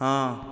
ହଁ